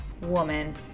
Woman